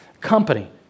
company